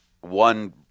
one